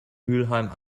mülheim